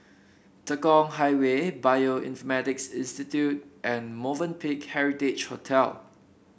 Tekong Highway Institute and Movenpick Heritage Hotel